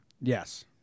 Yes